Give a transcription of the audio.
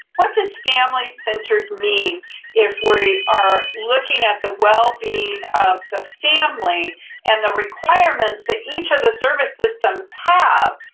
what does family-centered mean if we are looking at the well-being of the family and the requirements that each of the service systems have,